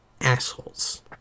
assholes